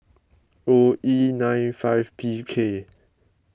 O E nine five P K